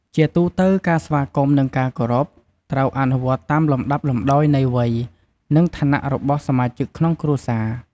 ជាទូទៅ ការស្វាគមន៍ និងការគោរព ត្រូវអនុវត្តតាមលំដាប់លំដោយនៃវ័យ និងឋានៈរបស់សមាជិកក្នុងគ្រួសារ។